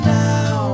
now